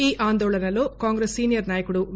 ఈ ఆందోళనలో కాంగ్రెస్ సీనియర్ నాయకుడు వి